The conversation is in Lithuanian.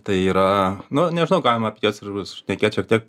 tai yra nu nežinau galima apie jas ir bus šnekėt šiek tiek